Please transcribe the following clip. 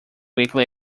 weekly